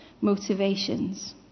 motivations